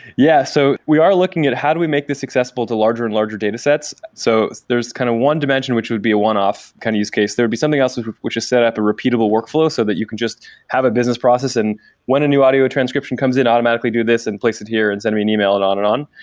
yeah. so we are looking at how do we make this successful the larger and larger data sets. so there is kind of one dimension which would be a one-off kind of use case. there would be something else which which is set at the repeatable workflow so that you can just have a business process and when a new audio transcription comes in automatically do this and place it here and send me an email and on and on.